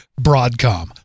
Broadcom